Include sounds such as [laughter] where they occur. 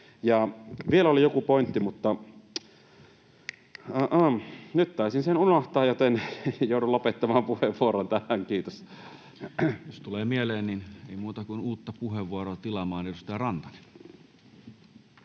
vielä oli joku pointti, mutta nyt taisin sen unohtaa, joten joudun lopettamaan puheenvuoron tähän. — Kiitos. [laughs] Jos tulee mieleen, niin ei muuta kuin uutta puheenvuoroa tilaamaan. — Edustaja Rantanen.